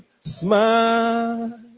Smile